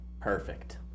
Perfect